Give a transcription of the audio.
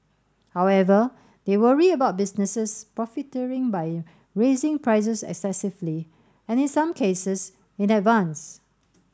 however they worry about businesses profiteering by raising prices excessively and in some cases in advance